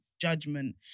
judgment